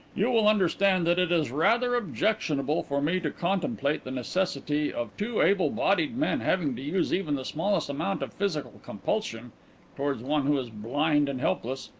you will understand that it is rather objectionable for me to contemplate the necessity of two able-bodied men having to use even the smallest amount of physical compulsion towards one who is blind and helpless.